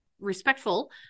respectful